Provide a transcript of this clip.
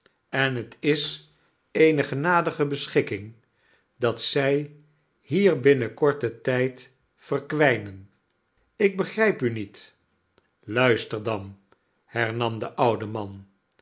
en het is eene genadige beschikking dat zij hier binnen korten tijd verkwijnen ik begrijp u niet luister dan hernam de oude man